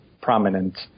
prominent